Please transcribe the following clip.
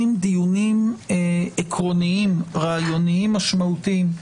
דיונים עקרוניים-רעיוניים משמעותיים,